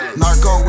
narco